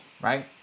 right